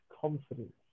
confidence